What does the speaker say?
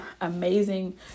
amazing